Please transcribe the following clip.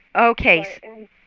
okay